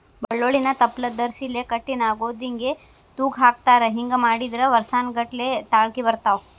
ಬಳ್ಳೋಳ್ಳಿನ ತಪ್ಲದರ್ಸಿಲೆ ಕಟ್ಟಿ ನಾಗೊಂದಿಗೆ ತೂಗಹಾಕತಾರ ಹಿಂಗ ಮಾಡಿದ್ರ ವರ್ಸಾನಗಟ್ಲೆ ತಾಳ್ಕಿ ಬರ್ತಾವ